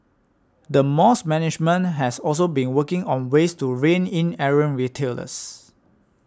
the mall's management has also been working on ways to rein in errant retailers